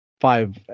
five